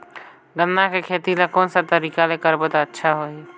गन्ना के खेती ला कोन सा तरीका ले करबो त अच्छा होही?